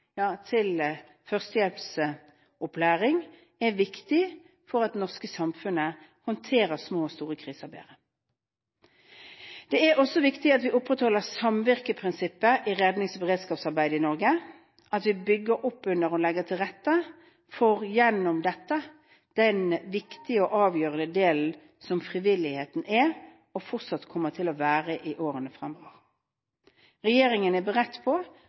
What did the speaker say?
til førstehjelpsopplæring er viktig for at det norske samfunnet skal kunne håndtere små og store kriser bedre. Det er også viktig at vi opprettholder samvirkeprinsippet i rednings- og beredskapsarbeidet i Norge, at vi bygger opp under og legger til rette for den viktige og avgjørende delen som frivilligheten er og fortsatt kommer til å være i årene fremover. Regjeringen er beredt